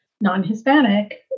non-Hispanic